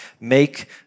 make